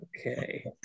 okay